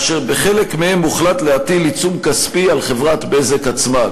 אשר בחלק מהם הוחלט להטיל עיצום כספי על חברת "בזק" עצמה.